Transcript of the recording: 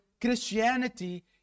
Christianity